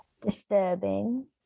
disturbing